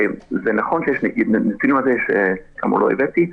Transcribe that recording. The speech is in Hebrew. נכון שיש פילוח, שכאמור לא הבאתי אותו,